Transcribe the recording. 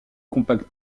compact